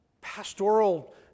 pastoral